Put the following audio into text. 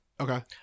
Okay